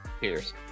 Cheers